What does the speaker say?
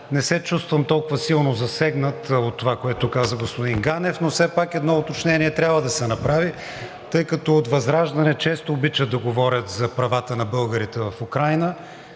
не се чувствам толкова силно засегнат от това, което каза господин Ганев, но все пак едно уточнение трябва да се направи. Тъй като от ВЪЗРАЖДАНЕ често обичат да говорят за правата на българите в Украйна,